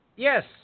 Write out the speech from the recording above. Yes